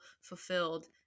fulfilled